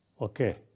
okay